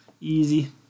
Easy